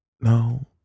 No